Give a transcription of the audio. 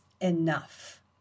enough